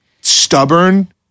Stubborn